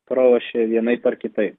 pralošė vienaip ar kitaip